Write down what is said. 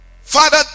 father